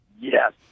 yes